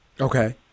Okay